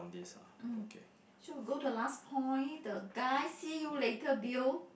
um should go to last point the guy see you later bill